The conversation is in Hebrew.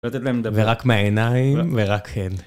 ורק מהעיניים, ורק כן.